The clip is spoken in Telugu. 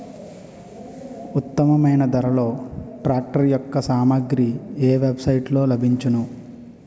ఉత్తమమైన ధరలో ట్రాక్టర్ యెక్క సామాగ్రి ఏ వెబ్ సైట్ లో లభించును?